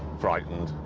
frightened.